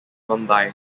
mumbai